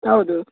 ಹೌದು